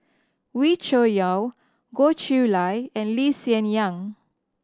Wee Cho Yaw Goh Chiew Lye and Lee Hsien Yang